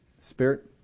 Spirit